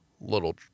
little